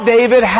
David